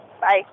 Bye